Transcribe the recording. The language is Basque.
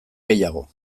gehiago